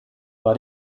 war